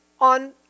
on